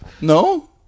No